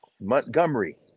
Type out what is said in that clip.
montgomery